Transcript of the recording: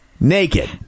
Naked